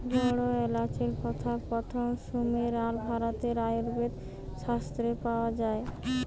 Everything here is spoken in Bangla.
বড় এলাচের কথা প্রথম সুমের আর ভারতের আয়ুর্বেদ শাস্ত্রে পাওয়া যায়